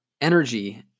energy